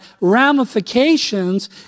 ramifications